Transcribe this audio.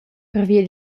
pervia